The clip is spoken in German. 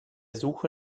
suche